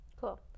Cool